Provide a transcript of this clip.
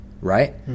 right